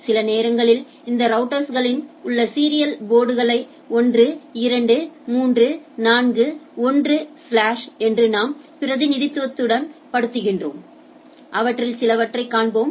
சில நேரங்களில் இந்த ரௌட்டர்ஸ்களில் உள்ள சீரியல் போர்ட் களை 1 2 3 4 1 ஸ்லாஸ்என்று நாம் பிரதிநிதித்துவப்படுத்துகிறோம் அவற்றில் சிலவற்றைக் காண்போம்